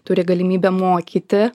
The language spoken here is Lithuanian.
turi galimybę mokyti